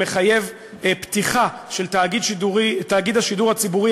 שמחייב פתיחה של תאגיד השידור הציבורי